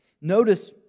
Notice